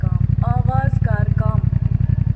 کم آواز کَر کم